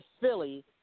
Philly